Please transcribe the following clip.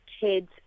kids